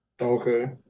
Okay